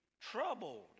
troubled